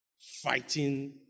fighting